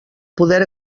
poder